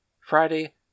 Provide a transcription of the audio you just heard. Friday